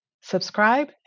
Subscribe